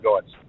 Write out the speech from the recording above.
guys